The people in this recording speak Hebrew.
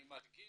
אני מדגיש,